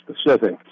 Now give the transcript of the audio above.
specific